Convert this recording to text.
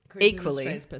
equally